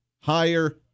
higher